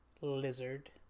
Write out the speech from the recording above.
lizard